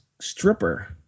stripper